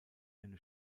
eine